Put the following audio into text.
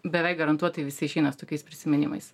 beveik garantuotai visi išeina su tokiais prisiminimais